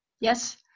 Yes